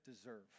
deserve